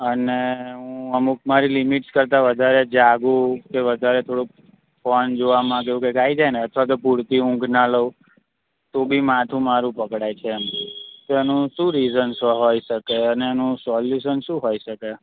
અને હું અમુક મારી લિમીટ્સ કરતાં વધારે જાગું કે વધારે થોડુંક ફોન જોવામાં કે કંઈક એવું આવી જાય ને અથવા તો પૂરતી ઊંઘ ના લઉં તો બી માથું મારું પકડાય છે એમ તો એનું શું રિસન્સ હોય શકે અને એનું સોલ્યુસન શું હોય શકે